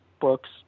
books